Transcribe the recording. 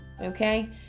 okay